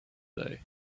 day